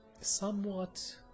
somewhat